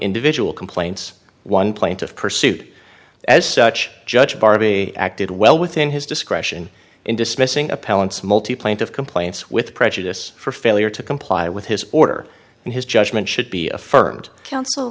individual complaints one plaintiff pursuit as such judge bar b acted well within his discretion in dismissing appellants multipoint of complaints with prejudice for failure to comply with his order and his judgment should be affirmed counsel